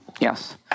Yes